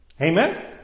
Amen